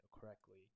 correctly